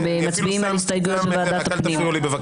הם מצביעים על הסתייגויות בוועדת הפנים.